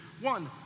one